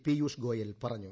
പിയൂഷ് ഗോയൽ പറഞ്ഞു